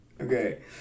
Okay